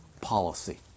Policy